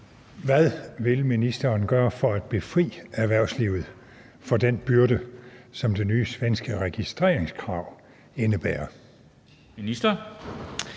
Hvad har ministeren gjort for at befri erhvervslivet for den byrde, som det nye svenske registreringskrav indebærer? Skriftlig